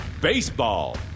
Baseball